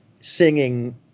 singing